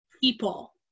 people